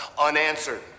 unanswered